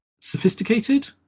sophisticated